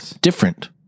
different